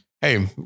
Hey